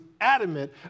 adamant